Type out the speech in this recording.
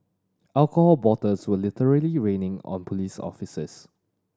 alcohol bottles were literally raining on police officers